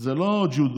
זה לא ג'ודו.